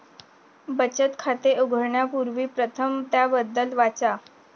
बचत खाते उघडण्यापूर्वी प्रथम त्याबद्दल वाचा